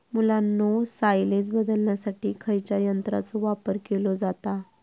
मुलांनो सायलेज बदलण्यासाठी खयच्या यंत्राचो वापर केलो जाता?